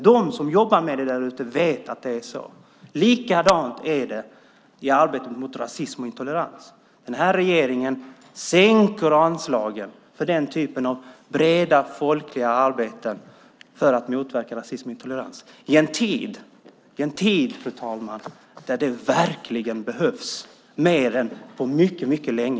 De som jobbar därute vet att det är så. Likadant är det i arbetet mot rasism och intolerans. Den här regeringen sänker anslagen för den typen av brett, folkligt arbete för att motverka rasism och intolerans i en tid där det verkligen behövs mer än på mycket länge.